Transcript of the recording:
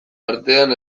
artean